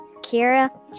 Kira